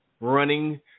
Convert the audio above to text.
running